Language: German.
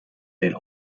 den